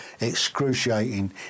excruciating